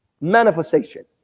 manifestation